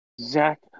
Zach